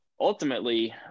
ultimately